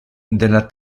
della